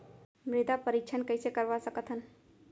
मृदा परीक्षण कइसे करवा सकत हन?